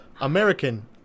American